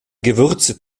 gewürze